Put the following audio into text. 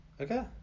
Okay